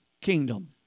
kingdom